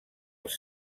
els